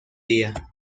día